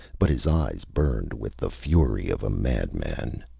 but his eyes burned with the fury of a madman.